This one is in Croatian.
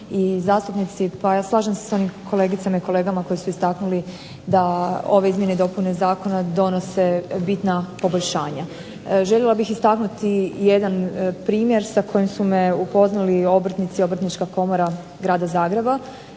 i zastupnici. Pa slažem se sa onim kolegicama i kolegama koji su istaknuli da ove izmjene i dopune zakona donose bitna poboljšanja. Željela bih istaknuti jedan primjer sa kojim su me upoznali obrtnici, Obrtnička komora grada Zagreba,